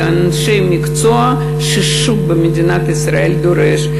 אנשי המקצוע שהשוק במדינת ישראל דורש.